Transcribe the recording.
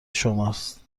شماست